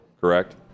correct